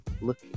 look